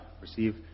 receive